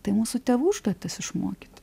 tai mūsų tėvų užduotis išmokyti